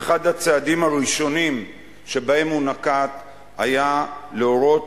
ואחד הצעדים הראשונים שהוא נקט היה להורות